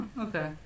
okay